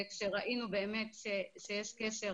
כשראינו שיש קשר